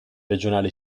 regionale